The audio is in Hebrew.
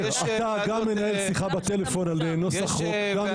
אתה גם מנהל שיחה בטלפון על נוסח חוק, גם איתנו.